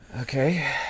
Okay